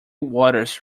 waters